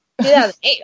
2008